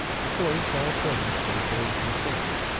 of course all present, save those concerned,